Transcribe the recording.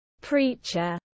preacher